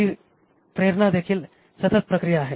ही प्रेरणा देखील सतत प्रक्रिया आहे